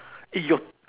eh your